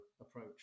approach